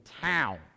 town